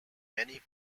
many